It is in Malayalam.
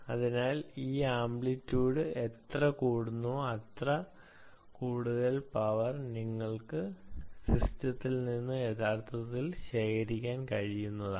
അതിനാൽ ഈ ആംപ്ലിറ്റ്യൂഡ് എത്ര കൂടുന്നുവോ അത്ര കൂടുതൽ പവർ നിങ്ങൾക്ക് സിസ്റ്റത്തിൽ നിന്ന് യഥാർത്ഥത്തിൽ ശേഖരിക്കാൻ കഴിയുന്നതാണ്